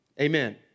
Amen